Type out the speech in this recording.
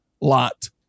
lot